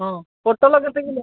ହଁ ପୋଟଳ କେତେ କିଲୋ